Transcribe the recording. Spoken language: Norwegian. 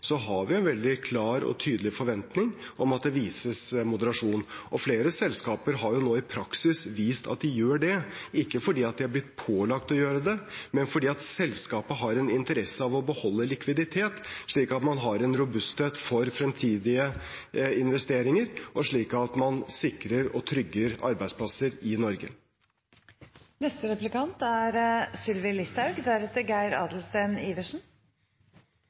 har vi en veldig klar og tydelig forventning om at det vises moderasjon. Flere selskaper har nå i praksis vist at de gjør det, ikke fordi de er blitt pålagt å gjøre det, men fordi selskapet har en interesse av å beholde likviditet, slik at man har en robusthet for fremtidige investeringer, og slik at man sikrer og trygger arbeidsplasser i Norge. Det er